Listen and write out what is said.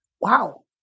Wow